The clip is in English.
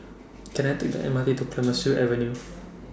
Can I Take The M R T to Clemenceau Avenue